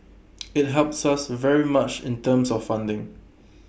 IT helps us very much in terms of funding